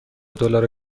دلار